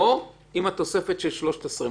או עם התוספת של שלושת השרים.